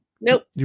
Nope